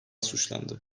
suçlandı